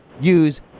use